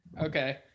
Okay